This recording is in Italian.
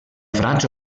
francia